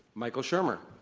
michael shermer.